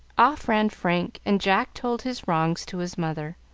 off ran frank, and jack told his wrongs to his mother.